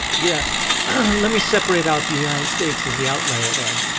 yeah let me separate out the united states as the outlier there,